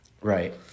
right